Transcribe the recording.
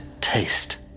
taste